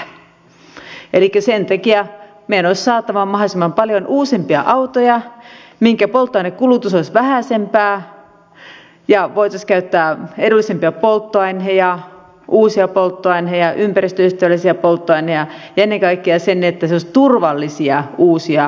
elikkä sen takia meidän olisi saatava mahdollisimman paljon uudempia autoja joiden polttoainekulutus olisi vähäisempää ja voisimme käyttää edullisempia polttoaineita uusia polttoaineita ympäristöystävällisiä polttoaineita ja ennen kaikkea ne olisivat turvallisia uusia autoja